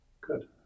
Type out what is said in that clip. good